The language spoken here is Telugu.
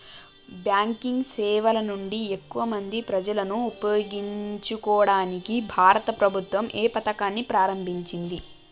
బ్యాంకింగ్ సేవల నుండి ఎక్కువ మంది ప్రజలను ఉపయోగించుకోవడానికి భారత ప్రభుత్వం ఏ పథకాన్ని ప్రారంభించింది?